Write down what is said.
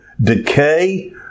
decay